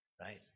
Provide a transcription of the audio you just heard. right